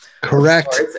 Correct